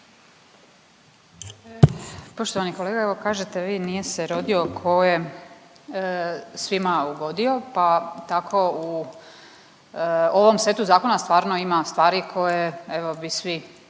Poštovani kolega, evo kažete vi nije se rodio ko je svima ugodio, pa tako u ovom setu zakon stvarno ima stvari koje evo bi svi